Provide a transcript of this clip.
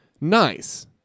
Nice